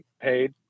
paid